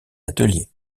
ateliers